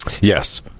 Yes